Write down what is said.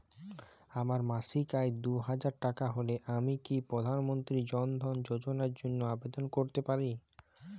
আমার মাসিক আয় দুহাজার টাকা হলে আমি কি প্রধান মন্ত্রী জন ধন যোজনার জন্য আবেদন করতে পারি?